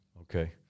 Okay